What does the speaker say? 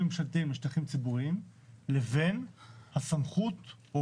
ממשלתיים לשטחים ציבוריים לבין הסמכות או